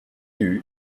eût